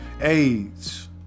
AIDS